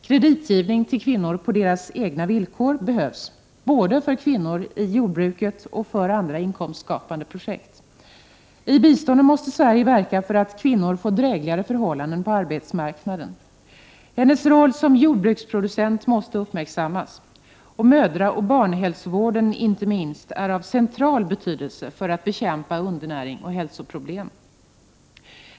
Kreditgivning till kvinnor på deras villkor behövs, både för kvinnor i jordbruket och för andra inkomstskapande projekt. I biståndet måste Sverige verka för att kvinnor får drägligare förhållanden på arbetsmarknaden. Kvinnors roll som jordbruksproducenter måste uppmärksammas. Mödraoch barnhälsovården inte minst är av central betydelse när det gäller att bekämpa undernäring och hälsoproblem.